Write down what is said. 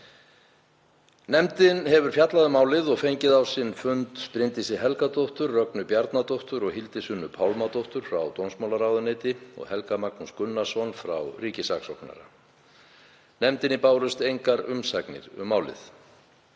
Nefndin hefur fjallað um málið og fengið á sinn fund Bryndísi Helgadóttur, Rögnu Bjarnadóttur og Hildi Sunnu Pálmadóttur frá dómsmálaráðuneyti og Helga Magnús Gunnarsson frá ríkissaksóknara. Nefndinni bárust engar umsagnir um málið.